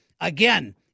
again